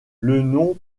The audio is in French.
nom